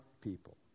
people